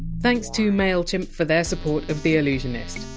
thanks to mailchimp for their support of the allusionist.